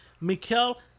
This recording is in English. Mikel